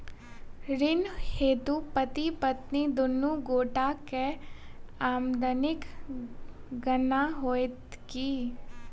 ऋण हेतु पति पत्नी दुनू गोटा केँ आमदनीक गणना होइत की?